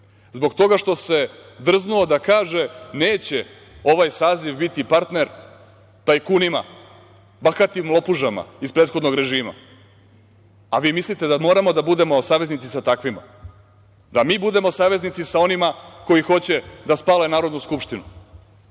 Zbog toga što se drznuo da kaže neće ovaj saziv biti partner tajkunima, bahatim lopužama iz prethodnog režima, a vi mislite da moramo da budemo saveznici sa takvima. Da mi budemo saveznici sa onima koji hoće da spale Narodnu skupštinu.